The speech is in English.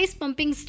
pumping